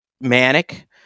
manic